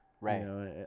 Right